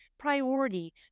Priority